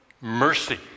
mercy